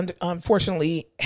unfortunately